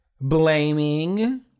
Blaming